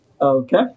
Okay